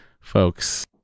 folks